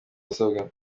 asabwa